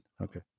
okay